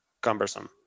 cumbersome